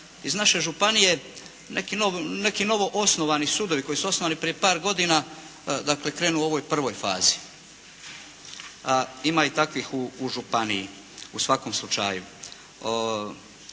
iz naše županije neki novoosnovani sudovi koji su osnovani prije par godina dakle krenu u ovoj prvoj fazi. Ima i takvih u županiji u svakom slučaju.